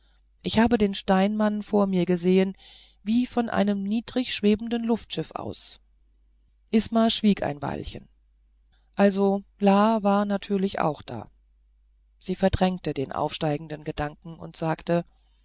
ich habe den steinmann vor mir gesehen wie von einem niedrig schwebenden luftschiff aus isma schwieg ein weilchen also la war natürlich auch da sie verdrängte den aufsteigenden gedanken und sagte